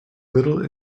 little